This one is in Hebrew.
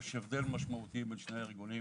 יש הבדל משמעותי בין שני הארגונים.